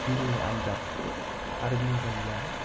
बि ए आनजाद आरिमु जालिया